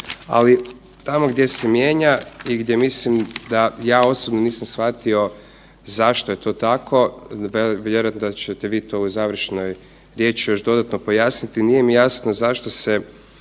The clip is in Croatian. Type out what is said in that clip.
ali tamo gdje se mijenja i gdje mislim da ja osobno nisam shvatio zašto je to tako, vjerojatno ćete vi to u završnoj riječi još dodatno pojasniti, nije mi jasno zašto se